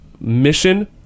mission